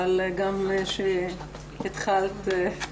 שגם התחלת.